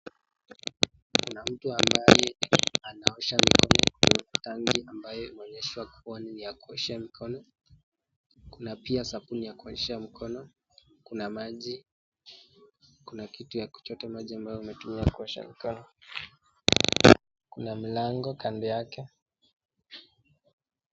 Kuna mtu ambaye anaosha mkono kwa tangi ambayo umeonyeshwa kuwa ni ya kuoshea mkono. Kuna pia sabuni ya kuoshea mkono, kuna maji, kuna kitu ya kuchota maji ambayo umetumia kuosha mkono. Kuna mlango kando yake.